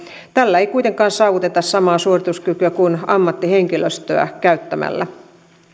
tällä ei kuitenkaan saavuteta samaa suorituskykyä kuin ammattihenkilöstöä käyttämällä